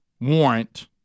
warrant